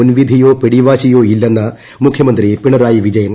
മുൻവിധിയോ പിടിവാശിയോ ഇല്ലെന്ന് മുഖ്യമന്ത്രി പിണറായി വിജയൻ